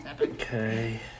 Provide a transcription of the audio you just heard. Okay